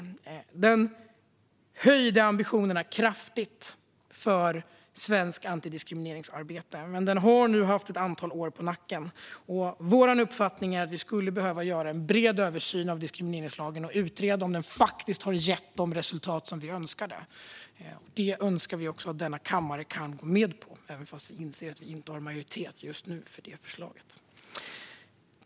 Med den höjdes ambitionerna kraftigt i svenskt anti-diskrimineringsarbete, men den har nu ett antal år på nacken. Vår uppfattning är att vi skulle behöva göra en bred översyn av diskrimineringslagen och utreda om den faktiskt har gett de resultat som vi önskade. Det önskar vi också att denna kammare kan gå med på, fast vi inser att vi inte har majoritet just nu för det förslaget.